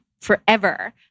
forever